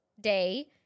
day